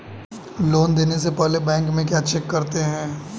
Loan देने से पहले बैंक में क्या चेक करते हैं?